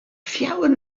fjouwer